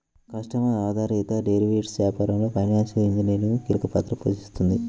customer ఆధారిత derivatives వ్యాపారంలో financial engineering కీలక పాత్ర పోషిస్తుంది